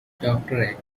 doctorate